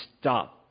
stop